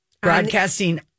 broadcasting